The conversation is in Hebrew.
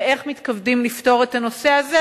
ואיך מתכוונים לפתור את הנושא הזה.